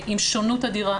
עם שונות אדירה.